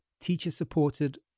teacher-supported